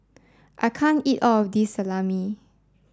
I can't eat all of this Salami